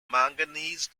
manganese